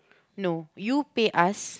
no you pay us